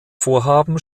vorhaben